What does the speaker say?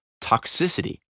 toxicity